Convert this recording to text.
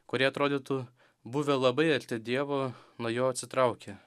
kurie atrodytų buvę labai arti dievo nuo jo atsitraukia